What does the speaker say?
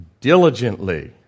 diligently